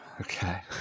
Okay